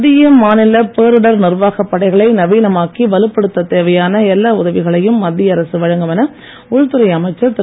மத்திய மாநில பேரிடர் நிர்வாகப் படைகளை நவீனமாக்கி வலுப்படுத்தத் தேவையான எல்லா உதவிகளையும் மத்திய அரசு வழங்கும் என உள்துறை அமைச்சர் திரு